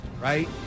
right